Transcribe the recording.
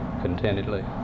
contentedly